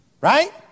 Right